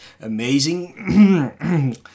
Amazing